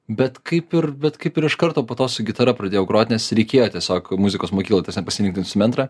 bet kaip ir bet kaip ir iš karto po to su gitara pradėjau grot nes reikėjo tiesiog muzikos mokykloj ta prasme pasirinkt mis su mentrą